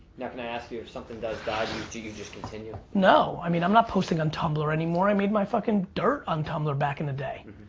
now, can i ask you if something does die do you just continue? no, i mean i'm not posting on tumblr anymore. i made my fuckin' dirt on tumblr back in the day.